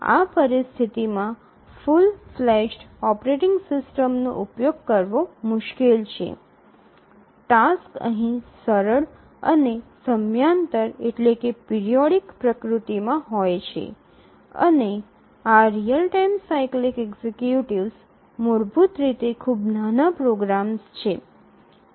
આ પરિસ્થિતિમાં full fledged operating સિસ્ટમનો ઉપયોગ કરવો મુશ્કેલ છે ટાસક્સ અહીં સરળ અને સમયાંતર પ્રકૃતિમાં હોય છે અને આ રીઅલ ટાઇમ સાયક્લિક એક્ઝિક્યુટિવ્સ મૂળભૂત રીતે ખૂબ નાના પ્રોગ્રામ્સ છે